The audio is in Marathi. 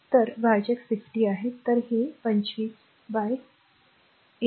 तर भाजक 60 आहे तर ते 25 a Ω